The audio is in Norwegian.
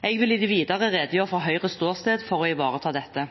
Jeg vil i det videre redegjøre for Høyres ståsted for å ivareta dette.